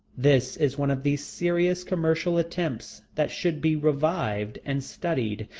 this is one of the serious commercial attempts that should be revived and studied,